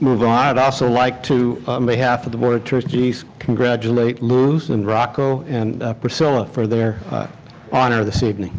move on, i would also like to on behalf of the board of trustees congratulate luz and rocco and priscilla for their honor this evening.